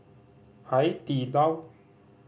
Hai Di Lao